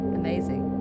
amazing